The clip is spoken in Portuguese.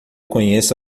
conheço